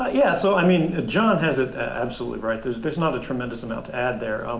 yeah, so, i mean, john has it absolutely right. there's there's not a tremendous amount to add there.